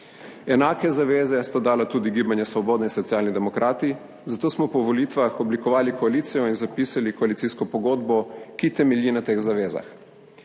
Enake zaveze sta dala tudi Gibanje Svobode in Socialni demokrati, zato smo po volitvah oblikovali koalicijo in zapisali koalicijsko pogodbo, ki temelji na teh zavezah.